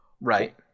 Right